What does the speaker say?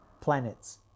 planets